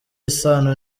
isano